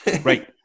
Right